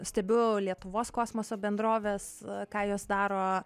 stebiu lietuvos kosmoso bendroves ką jos daro